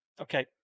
Okay